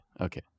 okay